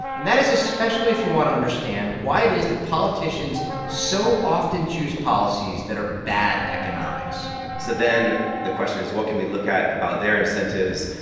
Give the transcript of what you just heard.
and that is especially if you want to understand why it is that politicians so often choose policies that are bad economics so then the question is what can we look at about their incentives,